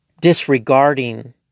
disregarding